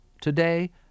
Today